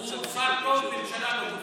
הוא שר טוב בממשלה לא טובה.